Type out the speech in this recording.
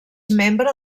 membre